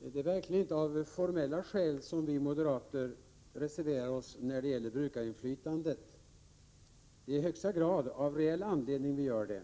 Herr talman! Det är verkligen inte av formella skäl som vi moderater reserverar oss när det gäller brukarinflytandet. Det är i högsta grad av reell anledning vi gör det.